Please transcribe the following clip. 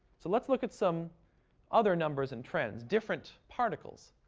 so, let's look at some other numbers and trends, different particles.